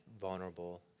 vulnerable